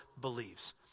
believes